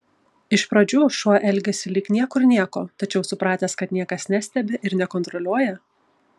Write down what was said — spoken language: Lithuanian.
iš pradžių šuo elgiasi lyg niekur nieko tačiau supratęs kad niekas nestebi ir nekontroliuoja